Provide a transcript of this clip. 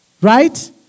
Right